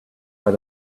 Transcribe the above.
are